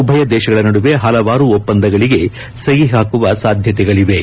ಉಭಯ ದೇಶಗಳ ನಡುವೆ ಹಲವಾರು ಒಪ್ಪಂದಗಳಿಗೆ ಸಹಿ ಹಾಕುವ ಸಾಧ್ಯತೆಗಳಿವೆ